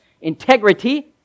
integrity